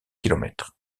kilomètres